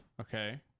Okay